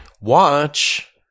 watch